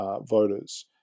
voters